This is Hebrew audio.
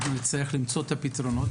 אנחנו נצטרך למצוא את הפתרונות,